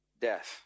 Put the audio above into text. death